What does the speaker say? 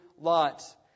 Lot